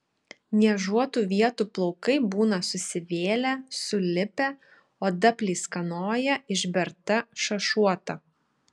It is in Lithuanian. niežuotų vietų plaukai būna susivėlę sulipę oda pleiskanoja išberta šašuota